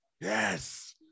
Yes